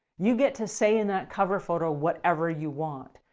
you get to say in that cover photo whatever you want,